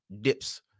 dips